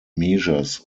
measures